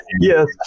Yes